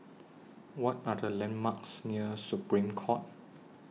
What Are The landmarks near Supreme Court